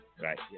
Right